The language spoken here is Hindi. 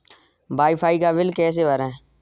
वाई फाई का बिल कैसे भरें?